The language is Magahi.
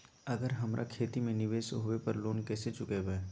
अगर हमरा खेती में निवेस होवे पर लोन कैसे चुकाइबे?